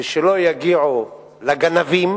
ושלא יגיעו לגנבים,